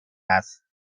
است